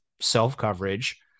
self-coverage